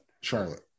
charlotte